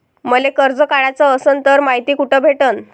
मले कर्ज काढाच असनं तर मायती कुठ भेटनं?